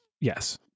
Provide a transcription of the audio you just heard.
Yes